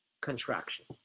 contraction